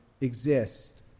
exist